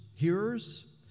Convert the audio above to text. hearers